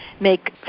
make